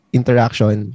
interaction